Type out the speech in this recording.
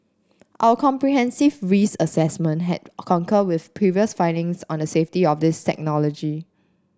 our comprehensive risk assessment has concurred with previous findings on the safety of this technology